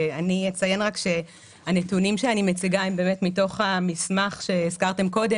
אציין רק שהנתונים שאני מציגה הם מתוך המסמך שהזכרתם קודם,